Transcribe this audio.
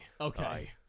Okay